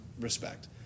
respect